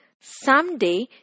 Someday